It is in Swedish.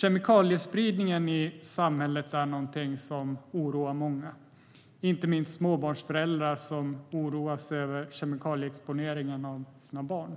Kemikaliespridningen i samhället är något som oroar många, inte minst småbarnsföräldrar som oroar sig över kemikalieexponeringen av deras barn.